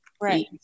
right